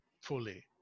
fully